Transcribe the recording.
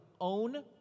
own